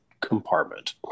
compartment